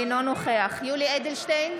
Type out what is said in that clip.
אינו נוכח יולי יואל אדלשטיין,